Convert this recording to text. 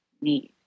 need